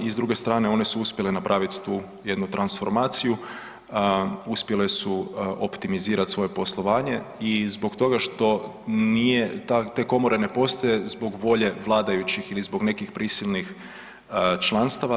I s druge strane, one su uspjele napraviti tu jednu transformaciju, uspjele su optimizirati svoje poslovanje i zbog toga što nije, te komore ne postoje zbog volje vladajućih ili zbog nekih prisilnih članstava.